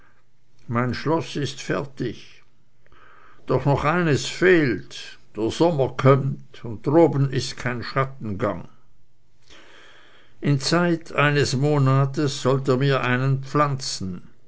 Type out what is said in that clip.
mein schloß ist fertig doch noch eines fehlt der sommer kömmt und droben ist kein schattengang in zeit eines monates sollt ihr mir einen pflanzen